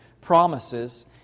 promises